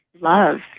love